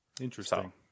Interesting